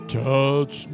touch